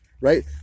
right